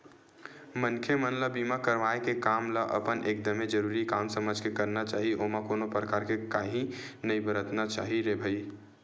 मनखे मन ल बीमा करवाय के काम ल अपन एकदमे जरुरी काम समझ के करना चाही ओमा कोनो परकार के काइही नइ बरतना चाही रे भई